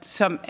som